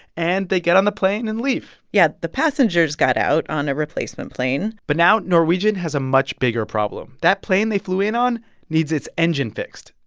and they get on the plane and leave yeah. the passengers got out on a replacement plane but now norwegian has a much bigger problem. that plane they flew in on needs its engine fixed,